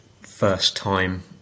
first-time